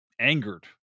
angered